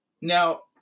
Now